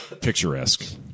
picturesque